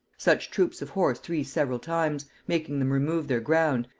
such troops of horse three several times, making them remove their ground,